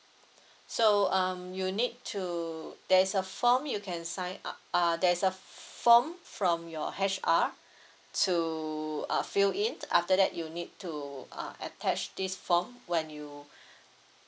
so um you need to there's a form you can sign up err there's a form from your H_R to uh fill in after that you need to uh attach this form when you